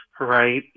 right